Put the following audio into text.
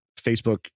Facebook